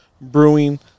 Brewing